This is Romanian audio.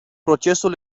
procesul